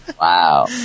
Wow